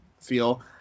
feel